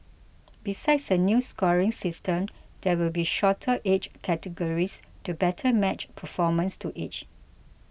besides a new scoring system there will be shorter age categories to better match performance to age